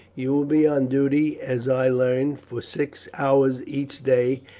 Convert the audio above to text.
you will be on duty, as i learn, for six hours each day,